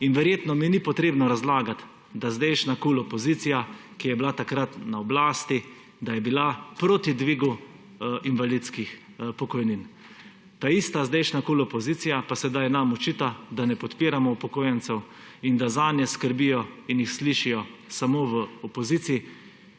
Verjetno mi ni treba razlagati, da je zdajšnja KUL-opozicija, ki je bila takrat na oblasti, bila proti dvigu invalidskih pokojnin. Taista zdajšnja KUL-opozicija pa sedaj nam očita, da ne podpiramo upokojencev in da zanje skrbijo ter jih slišijo samo v opoziciji,